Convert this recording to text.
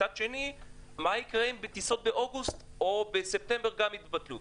מצד שני מה יקרה אם טיסות באוגוסט ובספטמבר גם יתבטלו.